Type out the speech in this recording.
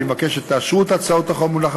אני מבקש שתאשרו את הצעת החוק המונחת